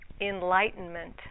enlightenment